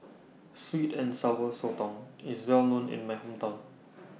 Sweet and Sour Sotong IS Well known in My Hometown